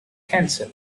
cancer